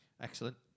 Excellent